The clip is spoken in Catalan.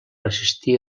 assistir